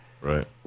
right